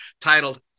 titled